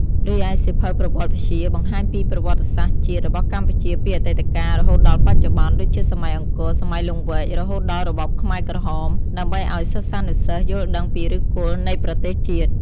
រីឯសៀវភៅប្រវត្តិវិទ្យា បង្ហាញពីប្រវត្តិសាស្ត្រជាតិរបស់កម្ពុជាពីអតីតកាលរហូតដល់បច្ចុប្បន្ន ដូចជាសម័យអង្គរ សម័យលង្វែក រហូតដល់របបខ្មែរក្រហម ដើម្បីឱ្យសិស្សានុសិស្សយល់ដឹងពីឫសគល់នៃប្រទេសជាតិ។